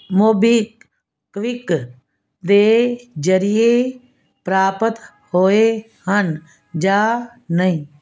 MobiKwik ਦੇ ਜਰੀਏ ਪ੍ਰਾਪਤ ਹੋਏ ਹਨ ਜਾਂ ਨਹੀਂ